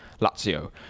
Lazio